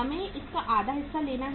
हमें इसका आधा हिस्सा लेना है